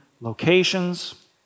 locations